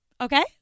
Okay